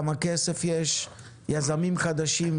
יזמים חדשים,